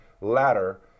ladder